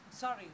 sorry